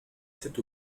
tête